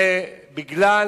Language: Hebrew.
זה בגלל